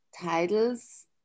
titles